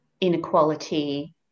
inequality